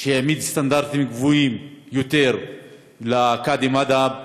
חוק שהעמיד סטנדרטים קבועים יותר לקאדי מד'הב,